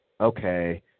okay